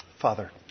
Father